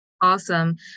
Awesome